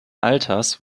alters